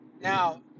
Now